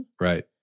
Right